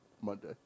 Monday